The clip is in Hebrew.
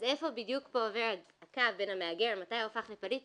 אז איפה בדיוק פה עובר הקו מתי המהגר הופך לפליט,